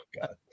God